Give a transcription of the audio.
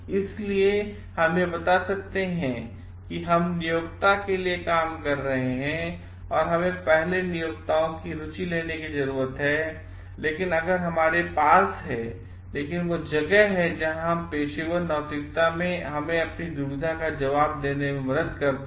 इसलिए हम यह बता सकते हैं कि हम नियोक्ता के लिए काम कर रहे हैं और हमें पहले नियोक्ताओं की रुचि लेने की जरूरत है लेकिन अगर हमारे पास है लेकिन यह वह जगह है जहां हमारे पेशेवर नैतिकता हमें इस दुविधा का जवाब देने में मदद करती है